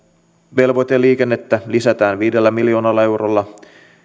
velvoiteliikennettä lisätään viidellä miljoonalla eurolla